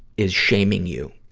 is shaming you.